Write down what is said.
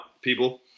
people